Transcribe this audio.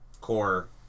core